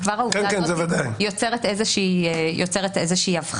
העובדה הזאת יוצרת איזושהי הבחנה.